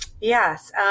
Yes